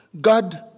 God